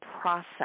process